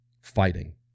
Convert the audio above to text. fighting